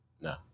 No